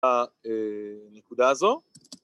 ‫הנקודה הזו.